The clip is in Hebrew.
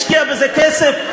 השקיעה בזה כסף,